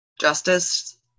justice